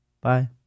Bye